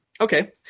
okay